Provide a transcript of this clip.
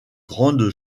grande